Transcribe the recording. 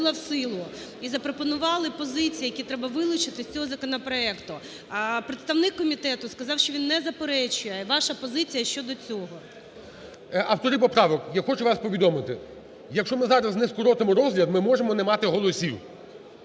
І запропонували позиції, які треба вилучити з цього законопроекту. Представник комітету сказав, що він не заперечує. Ваша позиція щодо цього? ГОЛОВУЮЧИЙ. Автори поправок, я хочу вам повідомити. Якщо ми зараз не скоротимо розгляд, ми можемо не мати голосів.